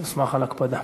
אשמח על הקפדה.